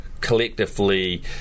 collectively